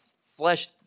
flesh